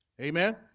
Amen